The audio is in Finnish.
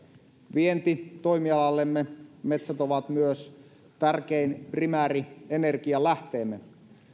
vientitoimialallemme metsät ovat myös tärkein primäärienergialähteemme